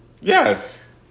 Yes